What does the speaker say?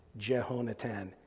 Jehonatan